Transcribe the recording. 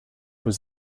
was